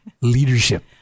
Leadership